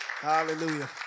hallelujah